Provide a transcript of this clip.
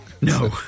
No